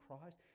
Christ